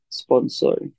sponsor